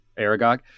Aragog